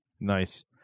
Nice